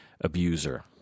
abuser